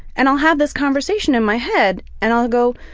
and i'll have this conversation in my head and i'll go